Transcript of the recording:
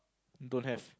don't have